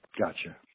Gotcha